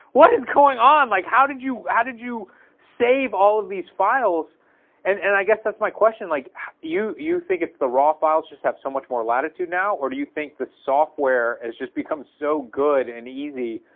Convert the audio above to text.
what is going on, like how did you? how did you save all of these files and and i guess that's my question, like you you think it's the raw files just have so much more latitude now? or do you think the software has just become so good and easy,